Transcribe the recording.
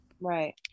right